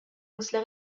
ussa